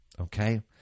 okay